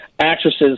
actresses